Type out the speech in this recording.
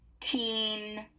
teen